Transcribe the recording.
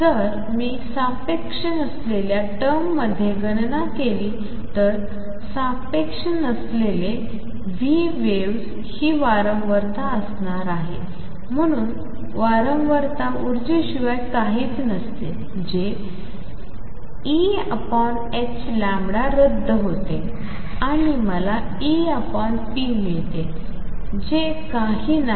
जर मी सापेक्ष नसलेया टर्ममध्ये गणना केली तर सापेक्ष नसलेले v waves ही वारंवारता असणार आहे म्हणून वारंवारता उर्जेशिवाय काहीच नसते जे Eh रद्द होते आणि मला Ep मिळते जे काही नाही